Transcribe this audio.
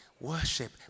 Worship